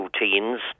routines